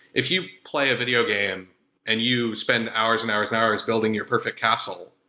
if you play a videogame and you spend hours and hours and hours building your perfect castle,